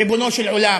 ריבונו של עולם,